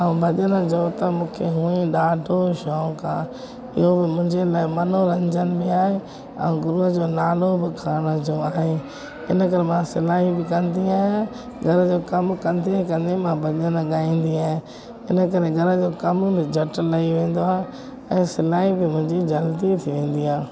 ऐं भॼन जो त मूंखे हुअंई ॾाढो शौक़ु आहे इहो बि मुंहिंजे बई मनोरंजन बि आहे ऐं गुरूअ जो नालो बि खणण जो आहे हिन करे मां सिलाई बि कंदी आहियां ज़रो सो कमु कंदे कंदे मां भॼन गाईंदी आहियां हिन करे घर जो कम न झटि लही वेंदो आहे ऐं सिलाई बि मुंहिंजी जल्दी थी वेंदी आहे